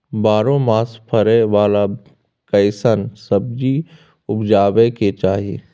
बारहो मास फरै बाला कैसन सब्जी उपजैब के चाही?